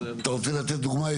אתה רוצה לתת דוגמה?